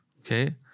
Okay